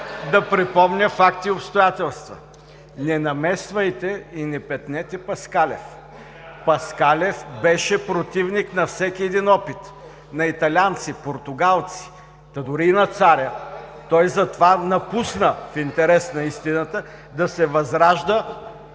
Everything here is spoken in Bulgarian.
Да припомня факти и обстоятелства. Не намесвайте и не петнете Паскалев! Паскалев беше противник на всеки един опит на италианци, португалци, та дори и на царя. Той затова напусна, в интерес на истината, да се възражда